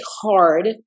hard